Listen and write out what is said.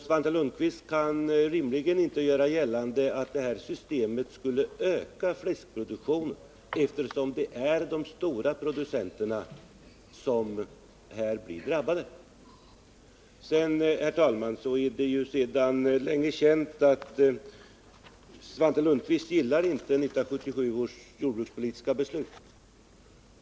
Svante Lundkvist kan rimligen inte göra gällande att man med detta system skulle öka fläskproduktionen, eftersom det är de stora producenterna som drabbas. Det är, herr talman, sedan länge känt att Svante Lundkvist inte gillar 1977 års jordbrukspolitiska beslut.